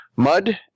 mud